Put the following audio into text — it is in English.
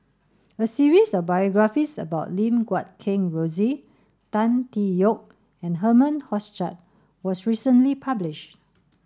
a series of biographies about Lim Guat Kheng Rosie Tan Tee Yoke and Herman Hochstadt was recently published